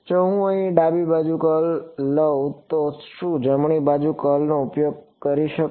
જો હું અહીં ડાબી બાજુએ કર્લ લઉં તો શું હું જમણી બાજુએ કર્લનો ઉપયોગ કરી શકું